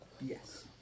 Yes